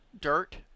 dirt